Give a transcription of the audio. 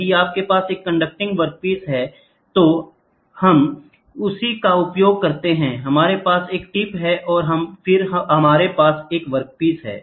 यदि आपके पास एक कंडक्टिंग वर्कपीस है तो हम उसी का उपयोग करते हैं हमारे पास एक टिप है और फिर हमारे पास एक वर्कपीस है